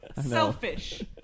Selfish